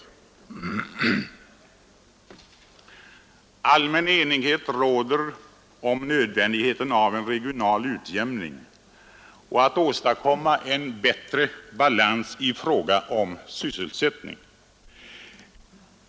Allmän enighet råder om nödvändigheten av en regional utjämning och en bättre balans i fråga om sysselsättningen.